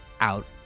out